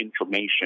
information